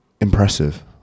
impressive